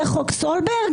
זה חוק סולברג?